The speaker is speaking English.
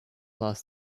lost